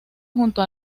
junto